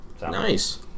Nice